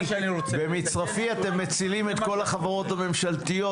במצרפי אתם מצילים את כל החברות הממשלתיות.